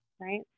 right